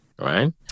Right